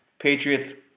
Patriots